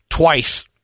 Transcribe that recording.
twice